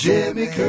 Jimmy